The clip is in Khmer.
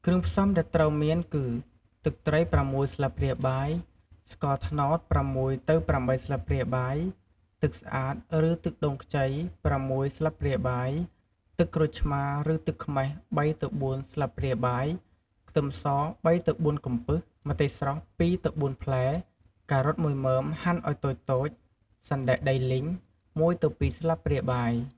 គ្គ្រឿងផ្សំដែលត្រូវមានគឺ ទឹកត្រី ៦ ស្លាបព្រាបាយ, ស្ករត្នោត ៦ទៅ៨ ស្លាបព្រាបាយ, ទឹកស្អាត ឬទឹកដូងខ្ចី ៦ ស្លាបព្រាបាយ,ទឹកក្រូចឆ្មារ ឬទឹកខ្មេះ ៣ទៅ៤ ស្លាបព្រាបាយ, ខ្ទឹមស ៣ទៅ៤ កំពឹស, ម្ទេសស្រស់ ២ទៅ៤ ផ្លែ, ការ៉ុត១ មើមហាន់ឲ្យតូចៗ, សណ្ដែកដីលីង ១ទៅ២ ស្លាបព្រាបាយ។